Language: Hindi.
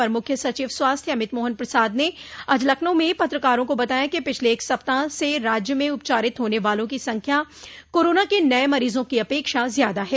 अपर मुख्य सचिव स्वास्थ्य अमित मोहन प्रसाद ने आज लखनऊ में पत्रकारों को बताया कि पिछले एक सप्ताह से राज्य में उपचारित होने वालों की संख्या कोरोना के नये मरीजों की अपेक्षा ज्यादा है